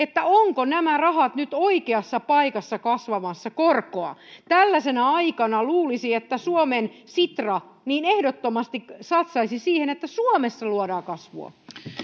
ovatko nämä rahat nyt oikeassa paikassa kasvamassa korkoa tällaisena aikana luulisi että suomen sitra ehdottomasti satsaisi siihen että suomessa luodaan kasvua